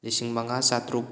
ꯂꯤꯁꯤꯡ ꯃꯉꯥ ꯆꯥꯇ꯭ꯔꯨꯛ